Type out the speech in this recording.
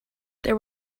there